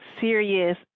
serious